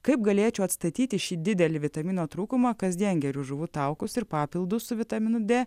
kaip galėčiau atstatyti šį didelį vitamino trūkumą kasdien geriu žuvų taukus ir papildus su vitaminu d